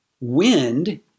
wind